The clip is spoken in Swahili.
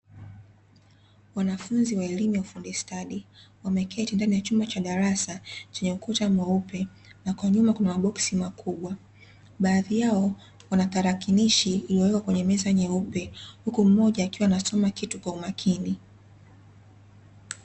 Wanafunzi wa elimu ya ufundi ustadi, wameketi ndani ya chumba cha darasa chenye ukuta mweupe, na kwa nyuma kuna maboksi makubwa, baadhi yao wana tarakirishi iliyowekwa kwenye meza nyeupe, huku mmoja akiwa anasoma kitu kwa umakini.